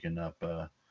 up